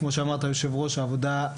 כמו שאמרת יושב הראש, העבודה,